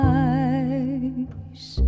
eyes